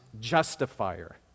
justifier